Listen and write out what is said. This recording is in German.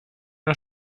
der